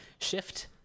shift